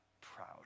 proud